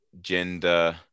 gender